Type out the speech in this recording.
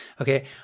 Okay